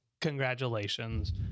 Congratulations